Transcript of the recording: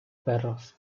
perros